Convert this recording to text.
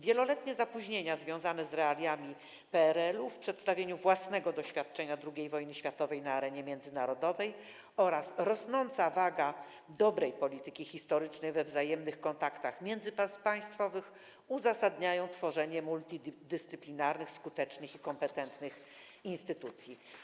Wieloletnie zapóźnienia związane z realiami PRL-u w przedstawianiu własnego doświadczenia II wojny światowej na arenie międzynarodowej oraz rosnąca waga dobrej polityki historycznej we wzajemnych kontaktach międzypaństwowych uzasadniają tworzenie multidyscyplinarnych, skutecznych i kompetentnych instytucji.